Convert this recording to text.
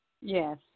Yes